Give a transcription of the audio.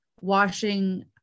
washing